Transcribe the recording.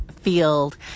field